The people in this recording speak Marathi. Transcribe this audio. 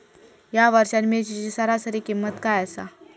या वर्षात मिरचीची सरासरी किंमत काय आसा?